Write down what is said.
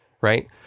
right